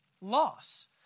loss